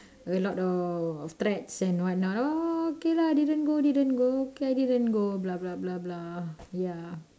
a lot of threats and what not uh okay lah didn't didn't go okay I did not go blah blah blah blah ya